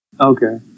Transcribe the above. okay